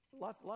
Lots